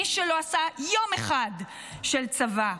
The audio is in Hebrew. מי שלא עשה יום אחד של צבא,